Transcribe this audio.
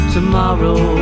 Tomorrow